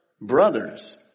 brothers